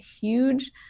huge